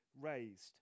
raised